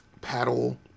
paddle